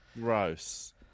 Gross